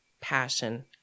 passion